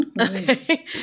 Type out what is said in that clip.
Okay